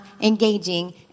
engaging